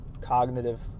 cognitive